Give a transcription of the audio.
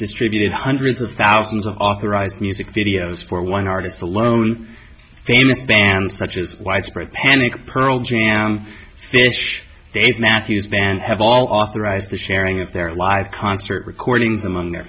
distributed hundreds of thousands of authorized music videos for one artist alone famous bands such as widespread panic pearl jam phish dave matthews band have all authorized the sharing of their live concert recordings among their